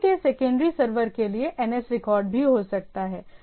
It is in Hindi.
नेम के सेकेंडरी सर्वर के लिए NS रिकॉर्ड भी हो सकता है